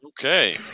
Okay